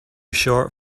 short